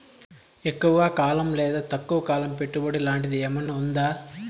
ఎక్కువగా కాలం లేదా తక్కువ కాలం పెట్టుబడి లాంటిది ఏమన్నా ఉందా